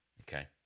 okay